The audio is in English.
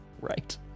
Right